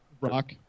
Rock